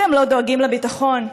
אתם לא דואגים לביטחון.